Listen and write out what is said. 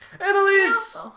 annalise